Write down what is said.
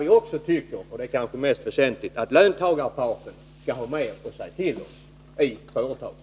Vi tycker också — och det är kanske det mest väsentliga — att löntagarparten skall ha mera att säga till om i företaget.